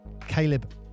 Caleb